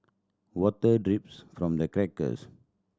water drips from the crackers